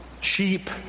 sheep